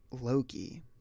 Loki